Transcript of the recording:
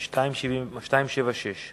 כל דבר, עושים העתק כפול.